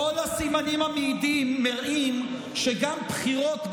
כל הסימנים המעידים מראים שגם בחירות,